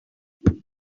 now